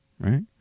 right